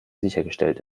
sichergestellt